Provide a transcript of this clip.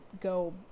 go